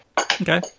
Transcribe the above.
Okay